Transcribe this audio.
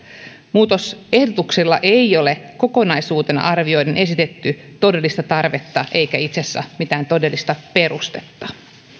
muutos ehdotuksille ei ole kokonaisuutena arvioiden esitetty todellista tarvetta eikä itse asiassa mitään todellista perustetta